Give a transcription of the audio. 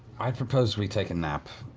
i propose we take a nap.